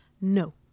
No